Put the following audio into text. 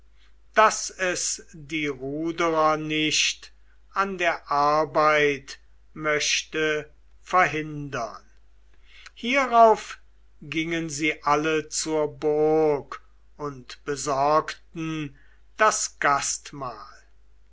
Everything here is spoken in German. daß es die ruderer nicht an der arbeit möchte verhindern hierauf gingen sie alle zur burg und besorgten das gastmahl